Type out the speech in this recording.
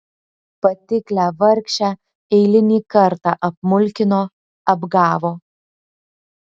patiklią vargšę eilinį kartą apmulkino apgavo